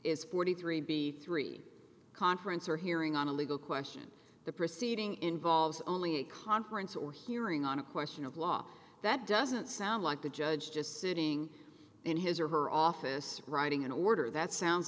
is forty three b three conference or hearing on a legal question the proceeding involves only a conference or hearing on a question of law that doesn't sound like the judge just sitting in his or her office writing an order that sounds